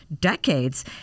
decades